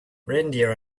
reindeer